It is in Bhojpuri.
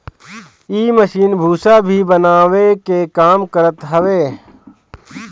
इ मशीन भूसा भी बनावे के काम करत हवे